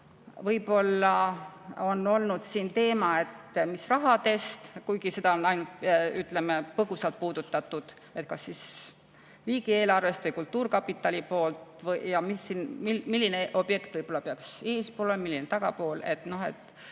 Võib-olla on olnud siin teema, et mis rahadest, kuigi seda on ainult, ütleme, põgusalt puudutatud, et kas riigieelarvest või kultuurkapitali poolt, ja milline objekt peaks olema eespool, milline tagapool. Sellised